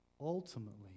Ultimately